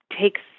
takes